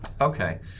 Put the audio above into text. Okay